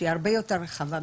שהיא הרבה יותר רחבה,